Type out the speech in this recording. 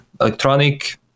electronic